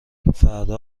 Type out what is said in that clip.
فردا